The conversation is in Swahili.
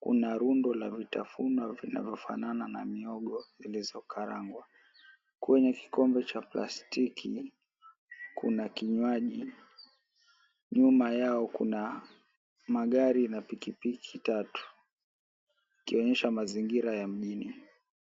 Kuna rundo la rutafuna vinavyofanana na mihogo zilizokarangwa. Kwenye kikombe cha plastiki, kuna kinywaji. Nyuma yao kuna magari na pikipiki tatu, ikionyesha mazingira ya mjini.